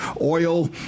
oil